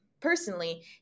Personally